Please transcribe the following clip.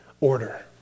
order